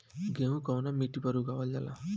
गेहूं कवना मिट्टी पर उगावल जाला?